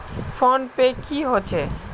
Phone पै की होचे?